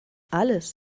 alles